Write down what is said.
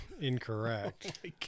Incorrect